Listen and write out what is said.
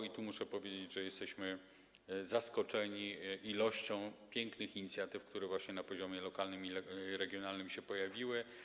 I tu muszę powiedzieć, że jesteśmy zaskoczeni ilością pięknych inicjatyw, które właśnie na poziomie lokalnym i regionalnym się pojawiły.